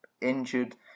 injured